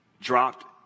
dropped